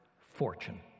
fortune